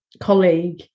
colleague